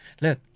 look